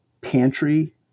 pantry